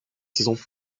saison